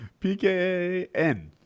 PKN